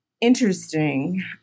interesting